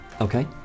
Okay